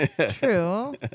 true